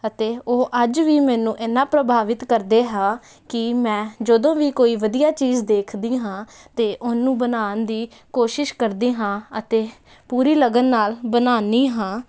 ਅਤੇ ਉਹ ਅੱਜ ਵੀ ਮੈਨੂੰ ਇਹਨਾਂ ਪ੍ਰਭਾਵਿਤ ਕਰਦੇ ਹਾਂ ਕਿ ਮੈਂ ਜਦੋਂ ਵੀ ਕੋਈ ਵਧੀਆ ਚੀਜ਼ ਦੇਖਦੀ ਹਾਂ ਤਾਂ ਉਹਨੂੰ ਬਣਾਉਣ ਦੀ ਕੋਸ਼ਿਸ਼ ਕਰਦੀ ਹਾਂ ਅਤੇ ਪੂਰੀ ਲਗਨ ਨਾਲ ਬਣਾਉਂਦੀ ਹਾਂ